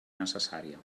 necessària